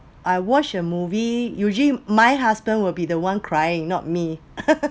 I watch a movie usually my husband will be the one crying not me